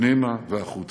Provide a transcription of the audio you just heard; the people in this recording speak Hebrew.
פנימה והחוצה,